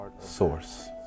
Source